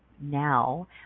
now